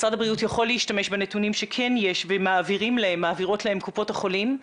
משרד הבריאות יכול להשתמש בנתונים שכן יש ומעבירות לו קופות החולים,